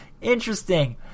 Interesting